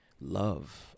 love